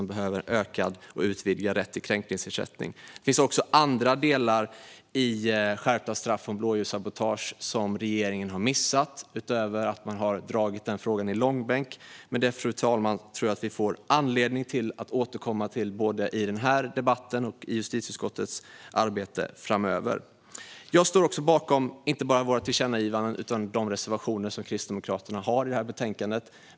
De behöver en ökad och utvidgad rätt till kränkningsersättning. Det finns också andra delar i fråga om skärpta straff för blåljussabotage som regeringen har missat, utöver att man har dragit frågan i långbänk. Men det, fru talman, tror jag att vi får anledning att återkomma till både i denna debatt och i justitieutskottets arbete framöver. Jag står inte bara bakom våra tillkännagivanden utan även de reservationer som Kristdemokraterna har i betänkandet.